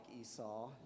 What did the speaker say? Esau